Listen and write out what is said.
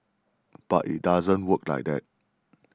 but it doesn't work like that